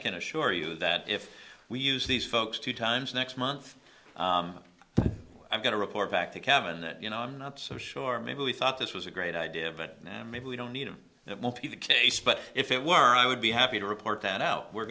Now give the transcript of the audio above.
can assure you that if we use these folks two times next month i'm going to report back to kevin that you know i'm not so sure maybe we thought this was a great idea but maybe we don't need it and it might be the case but if it were i would be happy to report that now we're